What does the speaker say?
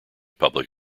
public